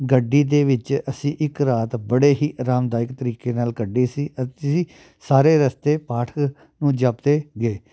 ਗੱਡੀ ਦੇ ਵਿੱਚ ਅਸੀਂ ਇੱਕ ਰਾਤ ਬੜੇ ਹੀ ਆਰਾਮਦਾਇਕ ਤਰੀਕੇ ਨਾਲ਼ ਕੱਢੀ ਸੀ ਅਸੀਂ ਸਾਰੇ ਰਸਤੇ ਪਾਠ ਨੂੰ ਜਪਦੇ ਗਏ